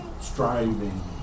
striving